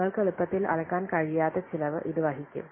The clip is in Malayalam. നിങ്ങൾക്ക് എളുപ്പത്തിൽ അളക്കാൻ കഴിയാത്ത ചിലവ് ഇത് വഹിക്കും